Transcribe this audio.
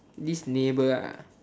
this neighbour ah